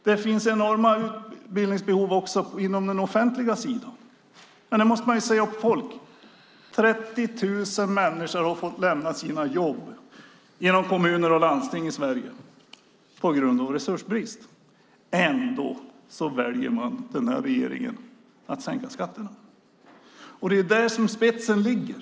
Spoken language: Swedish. Det finns enorma utbildningsbehov också inom den offentliga sidan. Men nu måste man säga upp folk. 30 000 människor har fått lämna sina jobb inom kommuner och landsting i Sverige för att det är brist på resurser. Ändå väljer denna regering att sänka skatterna. Det är där som spetsen är.